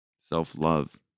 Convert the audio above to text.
self-love